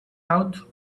out